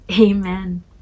Amen